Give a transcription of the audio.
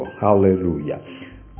Hallelujah